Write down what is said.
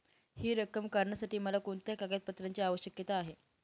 हि रक्कम काढण्यासाठी मला कोणत्या कागदपत्रांची आवश्यकता आहे?